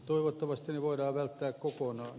toivottavasti ne voidaan välttää kokonaan